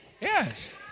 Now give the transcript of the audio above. Yes